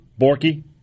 Borky